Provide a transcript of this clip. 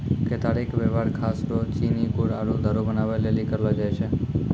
केतारी के वेवहार खास रो चीनी गुड़ आरु दारु बनबै लेली करलो जाय छै